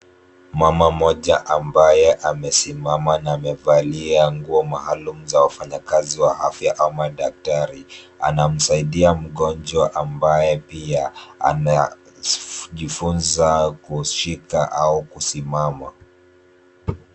Mama mmoja ambaye amesimama na amevalia nguo maalumu za wafanyakazi wa afya ama daktari, anamsadia mgonjwa ambaye pia anajifunza kushika au kusimama.